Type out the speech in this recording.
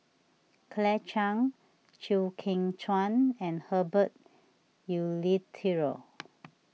Claire Chiang Chew Kheng Chuan and Herbert Eleuterio